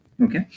okay